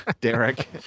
Derek